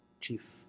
Chief